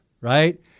right